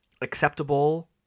acceptable